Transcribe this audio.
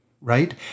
right